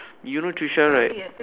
you know Tricia right